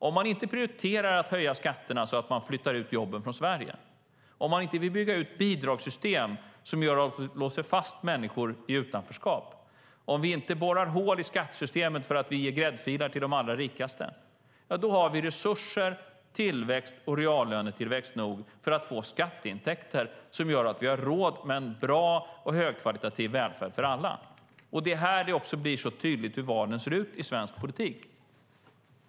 Om vi inte prioriterar att höja skatterna, så att vi flyttar ut från Sverige, om vi inte vill bygga ut bidragssystem som låser fast människor i utanförskap och om vi inte borrar hål i skattesystemet för att ge gräddfiler åt de allra rikaste, ja, då har vi resurser, tillväxt och reallönetillväxt nog för att få skatteintäkter som gör att vi har råd med en bra och högkvalitativ välfärd för alla. Det är här det blir så tydligt hur valen ser ut i svensk politik.